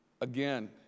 Again